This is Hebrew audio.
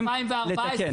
אני מדבר על 2014,